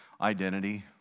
identity